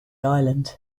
island